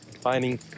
finding